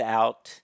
out